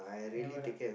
never lah